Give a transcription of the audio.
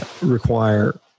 require